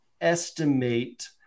estimate